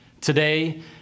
Today